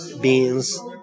beans